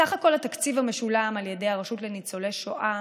סך הכול התקציב המשולם על ידי הרשות לניצולי שואה